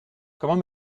comment